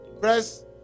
press